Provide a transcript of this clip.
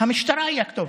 המשטרה היא הכתובת.